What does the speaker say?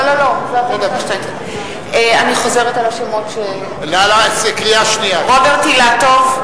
אני חוזרת על השמות: רוברט אילטוב,